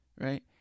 right